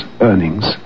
earnings